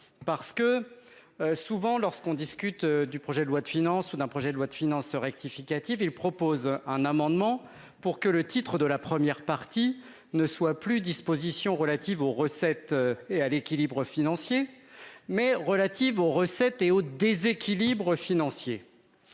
parce que. Souvent, lorsqu'on discute du projet de loi de finances ou d'un projet de loi de finances rectificative. Ils proposent un amendement pour que le titre de la première partie ne soit plus dispositions relatives aux recettes et à l'équilibre financier mais relatives aux recettes et aux déséquilibres financiers.